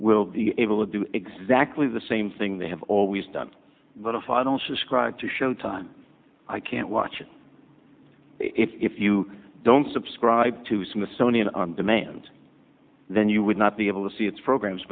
will be able to do exactly the same thing they have always done if i don't subscribe to showtime i can't watch it if you don't subscribe to smithsonian on demand then you would not be able to see its programs